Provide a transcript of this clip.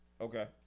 Okay